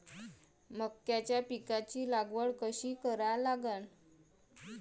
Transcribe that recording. मक्याच्या पिकाची लागवड कशी करा लागन?